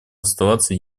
оставаться